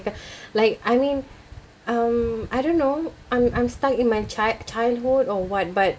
c~ like I mean um I don't know I'm I'm stuck in my child~ childhood or what but